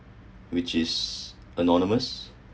which is anonymous